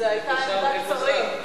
היתה עמדת שרים.